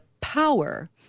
power